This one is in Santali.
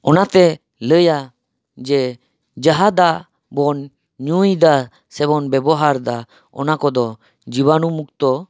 ᱚᱱᱟᱛᱮ ᱞᱟᱹᱭᱟ ᱡᱮ ᱡᱟᱦᱟᱸ ᱫᱟᱜ ᱵᱚ ᱧᱩᱭ ᱮᱫᱟ ᱥᱮᱵᱚᱱ ᱵᱮᱵᱚᱦᱟᱨᱮᱰᱟ ᱚᱱᱟ ᱠᱚᱫᱚ ᱡᱤᱵᱟᱱᱩ ᱢᱩᱠᱛᱚ